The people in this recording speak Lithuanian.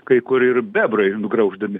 kai kur ir bebrai nugrauždami